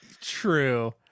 True